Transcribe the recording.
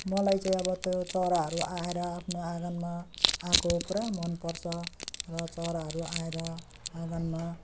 मलाई चाहिँ अब त्यो चराहरू आएर आफ्नो आँगनमा आएको पुरा मन पर्छ र चराहरू आएर आँगनमा